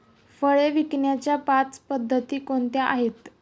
फळे विकण्याच्या पाच पद्धती कोणत्या आहेत?